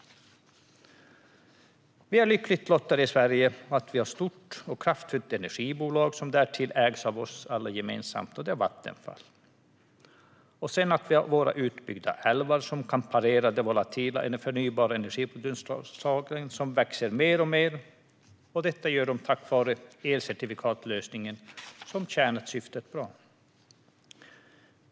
Vi i Sverige är lyckligt lottade att vi har ett stort och kraftfullt energibolag som därtill ägs av oss alla gemensamt, nämligen Vattenfall, och att vi har våra utbyggda älvar som kan parera de volatila förnybara energislag som växer mer och mer - detta tack vare elcertifikatslösningen, som tjänat syftet väl.